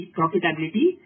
profitability